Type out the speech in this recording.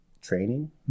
training